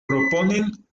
proponen